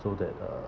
so that uh